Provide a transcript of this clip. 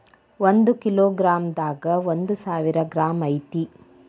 ಒಂದ kilogram ದಾಗ ಒಂದ ಸಾವಿರ ಗ್ರಾಂ ಐತಿ